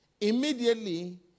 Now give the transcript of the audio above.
Immediately